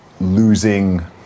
losing